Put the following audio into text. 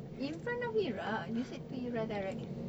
in front of ira you said to ira directly